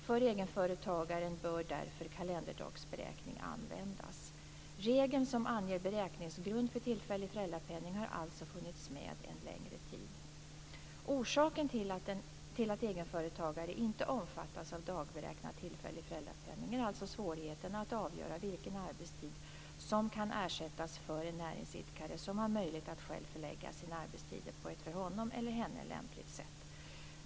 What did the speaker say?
För egenföretagaren bör därför kalenderdagsberäkning användas. Regeln som anger beräkningsgrund för tillfällig föräldrapenning har alltså funnits med en längre tid. Orsaken till att egenföretagare inte omfattas av dagberäknad tillfällig föräldrapenning är alltså svårigheten att avgöra vilken arbetstid som kan ersättas för en näringsidkare som har möjlighet att själv förlägga sina arbetstider på ett för honom eller henne lämpligt sätt.